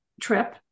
trip